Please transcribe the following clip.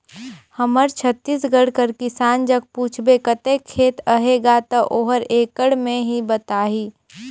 हमर छत्तीसगढ़ कर किसान जग पूछबे कतेक खेत अहे गा, ता ओहर एकड़ में ही बताही